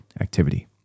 activity